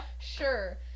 sure